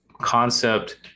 concept